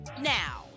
now